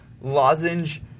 lozenge